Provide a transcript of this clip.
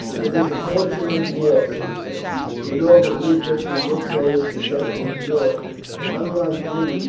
it is the fortune of war, cneius. you know that we britons look forward to death with joy that, unlike you,